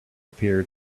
appeared